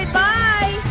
bye